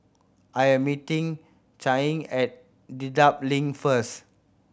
I am meeting Channing at Dedap Link first